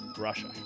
russia